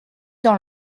dans